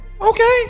Okay